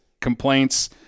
complaints –